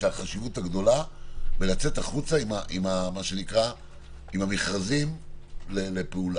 החשיבות הגדולה בלצאת החוצה עם המכרזים לפעולה.